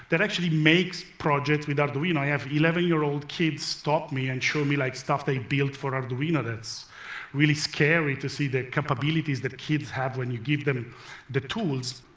that actually make projects with arduino. i have eleven year old kids stop me and show me like stuff they built for arduino that's really scary to see the capabilities that kids have when you give them the tools.